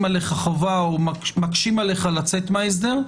עליך חובה" או "מקשים עליך לצאת מההסדר",